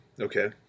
Okay